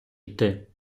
йти